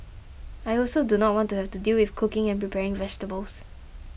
I also do not want to have to deal with cooking and preparing vegetables